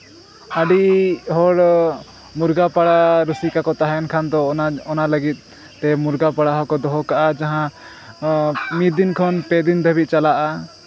ᱟᱹᱰᱤ ᱦᱚᱲ ᱢᱩᱨᱜᱟ ᱯᱟᱲᱟ ᱨᱩᱥᱤᱠᱟ ᱠᱚ ᱛᱟᱦᱮᱱ ᱠᱷᱟᱱ ᱫᱚ ᱚᱱᱟ ᱞᱟᱹᱜᱤᱫ ᱛᱮ ᱢᱩᱨᱜᱟ ᱯᱟᱲᱟ ᱦᱚᱸᱠᱚ ᱫᱚᱦᱚ ᱠᱟᱜᱼᱟ ᱡᱟᱦᱟᱸ ᱫᱚ ᱢᱤᱫ ᱫᱤᱱ ᱠᱷᱚᱱ ᱯᱮ ᱫᱤᱱ ᱫᱷᱟᱹᱵᱤᱡᱽ ᱪᱟᱞᱟᱜᱼᱟ